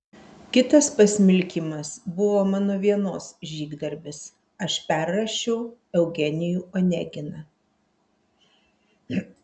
kitas pasmilkymas buvo mano vienos žygdarbis aš perrašiau eugenijų oneginą